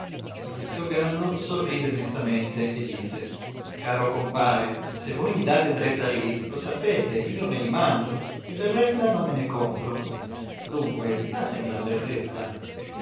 lizio gallo sorrise mestamente e disse caro compare se voi mi date tre tarí lo sapete io me li mangio e berretta non me ne compro dunque datemi la berretta